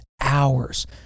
hours